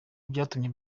byatumye